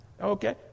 Okay